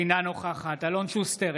אינה נוכחת אלון שוסטר,